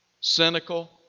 cynical